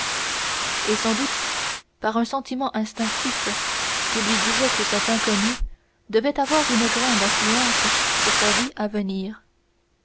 et sans doute par un sentiment instinctif qui lui disait que cet inconnu devait avoir une grande influence sur sa vie à venir